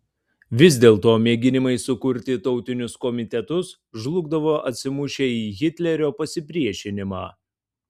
vis dėlto mėginimai sukurti tautinius komitetus žlugdavo atsimušę į hitlerio pasipriešinimą